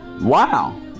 Wow